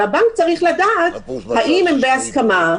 והבנק צריך לדעת האם הם בהסכמה,